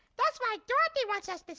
that's why dorothy wants us